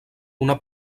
una